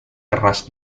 keras